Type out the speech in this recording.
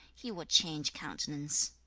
he would change countenance.